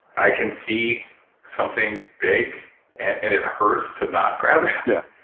i can see something big and it hurts to not grab it yeah